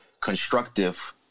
constructive